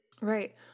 Right